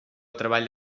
treball